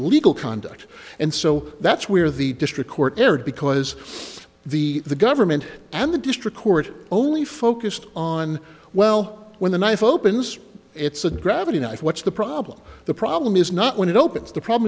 legal conduct and so that's where the district court erred because the government and the district court only focused on well when the knife opens it's a gravity knife what's the problem the problem is not when it opens the problem